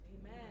Amen